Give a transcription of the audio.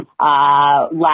last